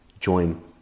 join